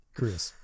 Chris